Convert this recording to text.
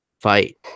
fight